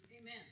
Amen